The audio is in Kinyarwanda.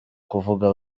kuvuga